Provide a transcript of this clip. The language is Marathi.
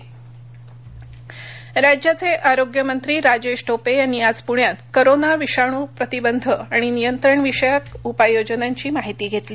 कोरोना राज्याचे आरोग्य मंत्री राजेश टोपे यांनी आज पुण्यात करोना विषाणू प्रतिबंध आणि नियंत्रण विषयक उपाय योजनांची माहिती घेतली